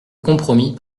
compromis